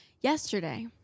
yesterday